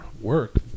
work